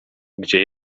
gdzie